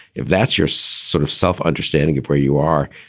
if that's your sort of self understanding of where you are,